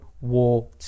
War